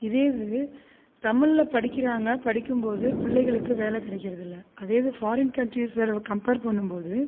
இதே இது தமிழில் படிக்கிறாங்க படிக்கும் போது பிள்ளைகளுக்கு வேலை கிடக்கிறதில்ல அதே இது ஃபாரின் கண்ட்ரிஸில் லவு கம்பேர் பண்ணும் போது